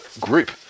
group